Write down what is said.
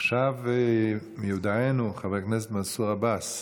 עכשיו מיודענו חבר הכנסת מנסור עבאס,